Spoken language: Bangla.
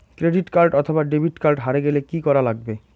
ক্রেডিট কার্ড অথবা ডেবিট কার্ড হারে গেলে কি করা লাগবে?